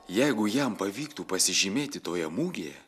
jeigu jam pavyktų pasižymėti toje mugėje